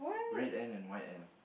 red end and white end